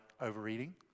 overeating